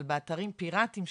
אבל באתרים פיראטיים,